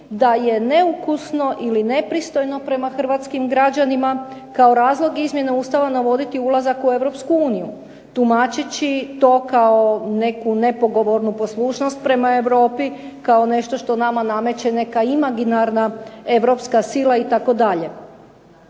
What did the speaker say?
da je neukusno ili nepristojno prema hrvatskim građanima kao razlog izmjena Ustava navoditi ulazak u Europsku uniju, tumačeći to kao neku nepogovornu poslušnost prema Europi kao nešto što nama nameće neka imaginarna europska sila itd.